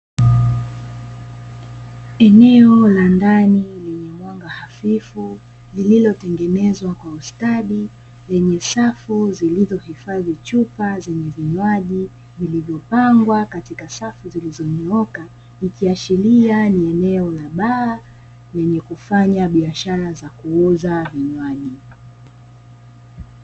Eneo la ndani lenye mwanga hafifu, lililotengenezwa kwa ustadi lenye safu zilizohifadhi chupa, zenye vinywaji vilivyopangwa katika safu zilizonyooka, ikiashiria ni eneo la baa lenye kufanya biashara za kuuza vinywaji.